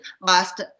last